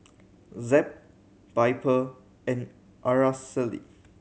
Zeb Piper and Araceli